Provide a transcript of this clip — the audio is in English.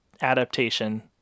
adaptation